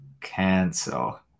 Cancel